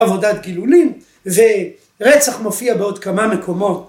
עבודת גילולים ורצח מופיע בעוד כמה מקומות